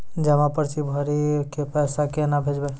जमा पर्ची भरी के पैसा केना भेजबे?